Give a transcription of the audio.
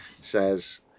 says